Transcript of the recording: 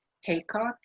haycock